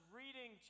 reading